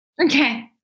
Okay